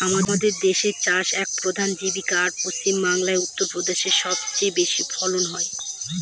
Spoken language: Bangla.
আমাদের দেশের চাষ এক প্রধান জীবিকা, আর পশ্চিমবাংলা, উত্তর প্রদেশে সব চেয়ে বেশি ফলন হয়